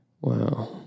Wow